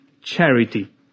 charity